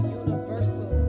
universal